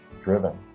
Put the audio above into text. driven